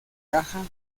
caja